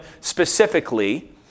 specifically